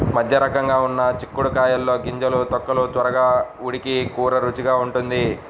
మధ్యరకంగా ఉన్న చిక్కుడు కాయల్లో గింజలు, తొక్కలు త్వరగా ఉడికి కూర రుచిగా ఉంటుంది